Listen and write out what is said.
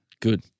good